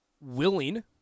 willing